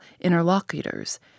interlocutors